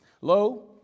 Lo